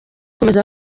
akomeza